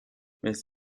miss